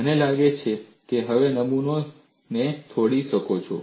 મને લાગે છે કે તમે હવે નમૂનાને તોડી શકો છો